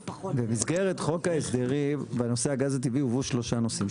במסגרת חוק ההסדרים בנושא הגז הטבעי הוראו שלושה נושאים,